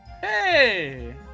Hey